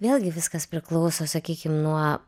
vėlgi viskas priklauso sakykim nuo